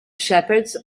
shepherds